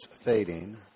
fading